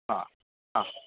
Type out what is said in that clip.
ह हा